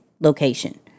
location